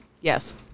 Yes